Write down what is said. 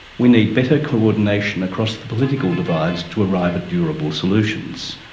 we need better coordination across the political divide to arrive at durable solutions.